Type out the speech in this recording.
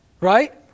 right